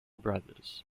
brothers